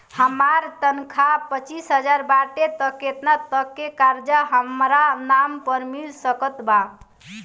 हमार तनख़ाह पच्चिस हज़ार बाटे त केतना तक के कर्जा हमरा नाम पर मिल सकत बा?